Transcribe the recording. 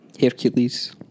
Hercules